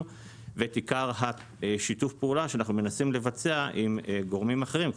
ואת עיקר שיתוף הפעולה שאנחנו מנסים לבצע עם גורמים אחרים,